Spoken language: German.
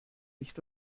nicht